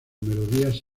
melodías